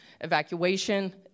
evacuation